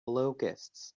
locusts